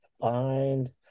find